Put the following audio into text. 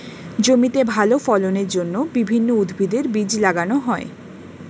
জমিতে ভালো ফলনের জন্য বিভিন্ন উদ্ভিদের বীজ লাগানো হয়